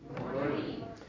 morning